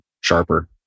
sharper